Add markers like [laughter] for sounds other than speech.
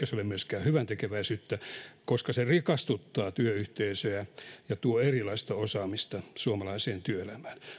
[unintelligible] se ole myöskään hyväntekeväisyyttä koska se rikastuttaa työyhteisöjä ja tuo erilaista osaamista suomalaiseen työelämään